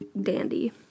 dandy